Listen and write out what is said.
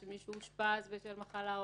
מישהו אושפז בשל מחלה,